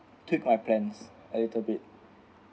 tweet my plans a little bit